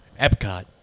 Epcot